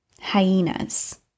Hyenas